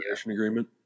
agreement